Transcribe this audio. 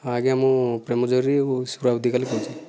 ଆଜ୍ଞା ମୁଁ ପ୍ରେମଜରିରୁ ସୁରଜ ଦିଗଲ କହୁଛି